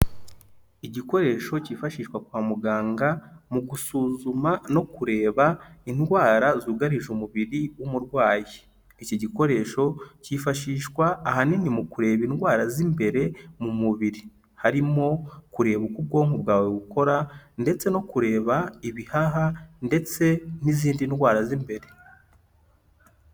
Igikoresho cyifashishwa kwa muganga mu gusuzuma no kureba indwara zugarije umubiri w'umurwayi, iki gikoresho cyifashishwa ahanini mu kureba indwara z'imbere mu mubiri, harimo kureba uko ubwonko bwawe bukora ndetse no kureba ibihaha ndetse n'izindi ndwara z'imbere.